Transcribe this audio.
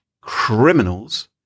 criminals